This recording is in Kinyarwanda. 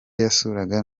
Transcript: yasuraga